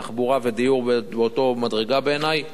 השנייה זה תחבורה, ודיור באותה מדרגה, בעיני,